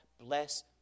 bless